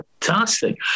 fantastic